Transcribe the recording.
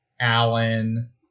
Allen